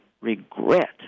regret